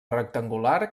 rectangular